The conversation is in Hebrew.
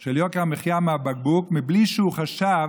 של יוקר המחיה מהבקבוק בלי שהוא חשב